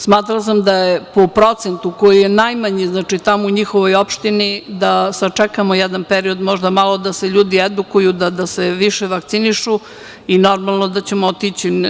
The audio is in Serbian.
Smatrala sam da je po procentu koji je najmanji, znači, tamo u njihovoj opštini, da sačekamo jedan period, možda malo da se ljudi edukuju, da se više vakcinišu i normalno da ćemo otići.